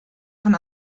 von